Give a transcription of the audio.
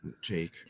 Jake